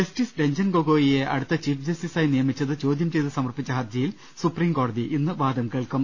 justice Ranjan ഗൊഗോയിയെ അടുത്ത chief ജസ്റ്റിസായി നിയമിച്ചത് ചോദ്യം ചെയ്ത് സമർപ്പിച്ച ഹർജിയിൽ സുപ്രീം കോടതി ഇന്ന് വാദം കേൾക്കും